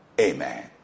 amen